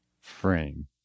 frame